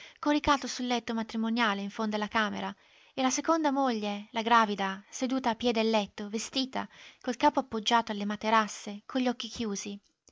coricato sul letto matrimoniale in fondo alla camera e la seconda moglie la gravida seduta a piè del letto vestita col capo appoggiato alle materasse con gli occhi chiusi